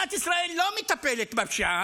מדינת ישראל לא מטפלת בפשיעה,